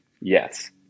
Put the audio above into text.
Yes